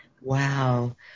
Wow